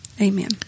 amen